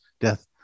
death